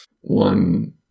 one